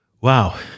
Wow